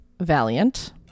Valiant